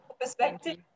Perspective